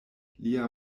lia